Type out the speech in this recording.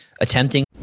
attempting